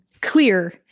clear